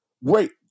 wait